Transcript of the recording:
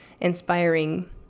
inspiring